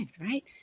right